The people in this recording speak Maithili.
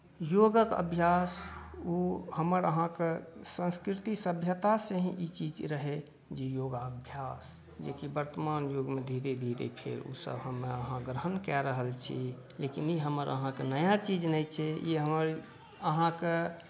योगके अभ्यास ओ हमर अहाँके संस्कृति सभ्यतासँ ही ई चीज रहै जे योगाभ्यास जे कि वर्तमान युगमे धीरे धीरे छै हम अहाँ ग्रहण कऽ रहल छी लेकिन ई हमर अहाँके नया चीज नहि छियै ई हमर अहाँके